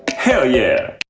hell yeah.